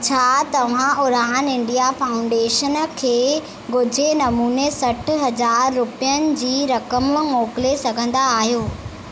छा तव्हां Udaan India Foundation खे ॻुझे नमूने सठ हज़ार रुपियनि जी रक़म मोकिले सघंदा आहियो